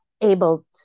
able